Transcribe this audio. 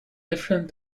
different